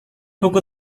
buku